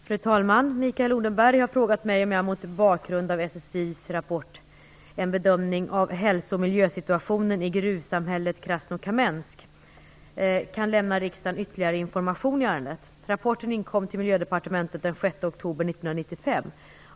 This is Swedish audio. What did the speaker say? Fru talman! Mikael Odenberg har frågat mig om jag mot bakgrund av SSI:s rapport En bedömning av hälso och miljösituationen i gruvsamhället Krasnokamensk kan lämna riksdagen ytterligare information i ärendet. oktober 1995.